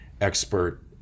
expert